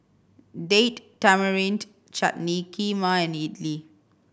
Date Tamarind Chutney Kheema and Idili